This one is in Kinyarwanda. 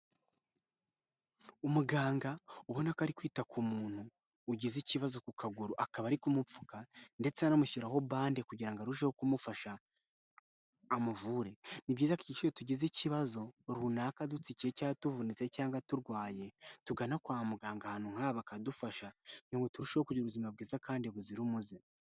Umuganga ubona ko ari kwita ku muntu ugize ikibazo ku kaguru akaba ari kumupfuka, ndetse anamushyiraho bande kugirango ngo arusheho kumufasha amuvure, ni byiza ko iyo tugize ikibazo runaka dutsikiye, cyangwa tuvunitse, cyangwa turwaye tugana kwa muganga ahantu nkaha bakadufasha kugirango turusheho kugira ubuzima bwiza kandi buzira umuze.